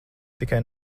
tikai